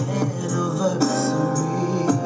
anniversary